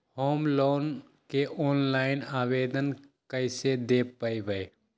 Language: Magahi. होम लोन के ऑनलाइन आवेदन कैसे दें पवई?